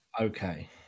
Okay